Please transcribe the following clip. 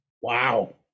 Wow